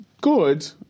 good